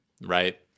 right